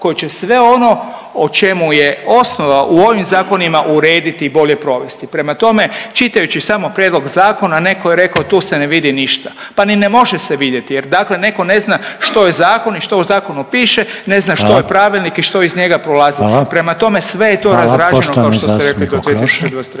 koji će sve ono o čemu je osnova u ovim zakonima urediti i bolje provesti. Prema tome, čitajući samo prijedlog zakona neko je reko tu se ne vidi ništa, pa ni ne može se vidjeti jer dakle neko ne zna što je zakon i što u zakonu piše, ne zna …/Upadica Reiner: Hvala./… što je pravilnik i što iz njega prolazi …/Upadica Reiner: Hvala./… prema tome sve je to razrađeno kao što ste rekli do 2023.